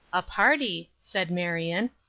a party! said marion,